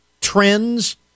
trends